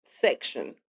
section